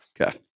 Okay